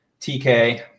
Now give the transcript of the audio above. TK